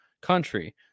country